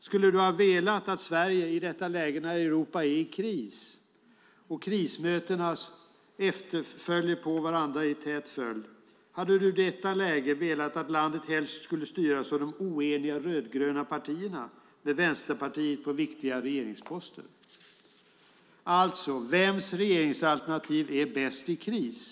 Skulle du ha velat att Sverige i detta läge, när Europa är i kris och krismöten följer på varandra i tät följd, helst skulle styras av de oeniga rödgröna partierna, med Vänsterpartiet på viktiga regeringsposter? Alltså: Vems regeringsalternativ är bäst i kris?